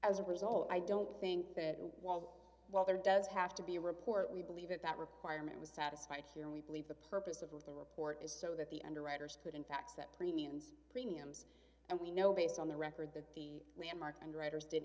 as a result i don't think that it was while there does have to be a report we believe that that requirement was satisfied here and we believe the purpose of the report is so that the underwriters could in fact set premiums premiums and we know based on the record that the landmark underwriters